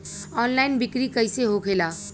Online बिक्री कैसे होखेला?